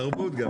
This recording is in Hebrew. גם תרבות.